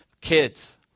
Kids